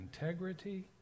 integrity